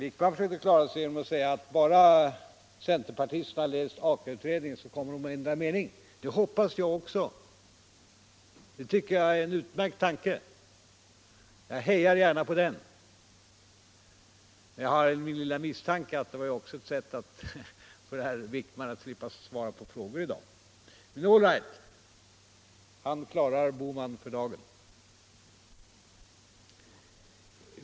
Herr Wijkman försökte göra det genom att säga, att när bara centerpartisterna har läst Aka-utredningen så kommer de att ändra mening. Det hoppas jag också. Det är en utmärkt tanke som jag gärna hejar på. Men jag har min lilla misstanke att det också var ett sätt för herr Wijkman att slippa svara på frågor här i dag. Men allright, han klarar herr Bohman för dagen.